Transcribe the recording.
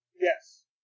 Yes